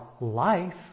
life